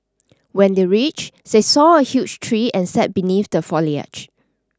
when they reached they saw a huge tree and sat beneath the foliage